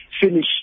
finish